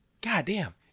Goddamn